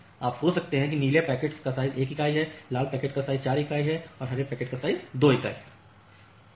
आप सोच सकते हैं कि नीले पैकेट्स साइज 1 इकाई के हैं लाल पैकेट्स साइज 4 इकाई के हैं और यह हरे रंग के पैकेट्स 2 इकाइयों के साइज के हैं